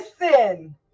Listen